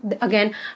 again